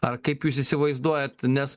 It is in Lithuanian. ar kaip jūs įsivaizduojat nes